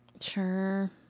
Sure